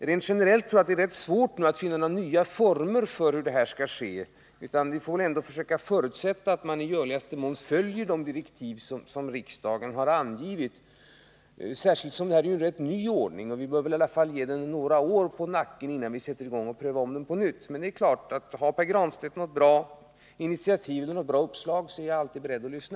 Rent generellt tror jag att det är rätt svårt att finna några nya former för det här arbetet. Och vi får väl ändå förutsätta att man i görligaste mån följer de direktiv som riksdagen givit — särskilt som det här är fråga om en rätt ny ordning. Jag tycker att vi bör se till att den får några år på nacken innan vi sätter i gång att ompröva den på nytt. Men det är klart att om Pär Granstedt har några bra initiativ eller uppslag så är jag alltid beredd att lyssna.